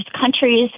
countries